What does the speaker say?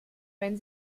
wenn